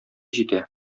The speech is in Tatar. җитә